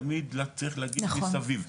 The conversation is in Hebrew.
תמיד צריך להגיד מסביב.